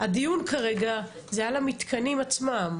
הדיון כרגע זה על המתקנים עצמם.